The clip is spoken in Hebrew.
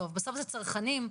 בסוף זה צרכנים,